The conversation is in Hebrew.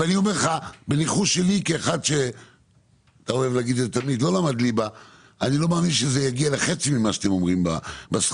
אני לא מאמין שזה יגיע לחצי מהסכום שאתם אומרים,